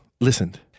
listened